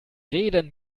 reden